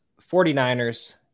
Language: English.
49ers